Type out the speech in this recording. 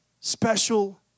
special